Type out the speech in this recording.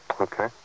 Okay